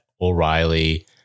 O'Reilly